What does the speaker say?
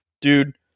dude